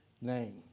name